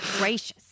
gracious